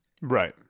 Right